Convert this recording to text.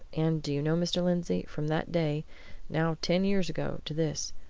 and, do you know, mr. lindsey, from that day now ten years ago to this,